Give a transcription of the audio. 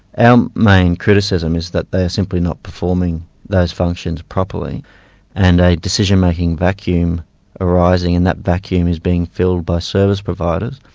our main criticism is that they're simply not performing those functions properly and a decision-making vacuum arising in that vacuum is being filled by service providers.